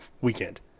weekend